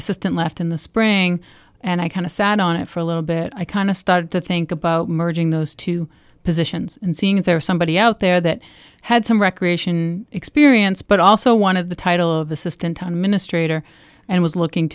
assistant left in the spring and i kind of sat on it for a little bit i kind of started to think about merging those two positions and seeing if there's somebody out there that had some recreation experience but also one of the title of assistant time in a straight or and was looking